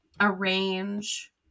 arrange